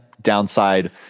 downside